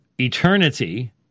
eternity